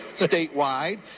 statewide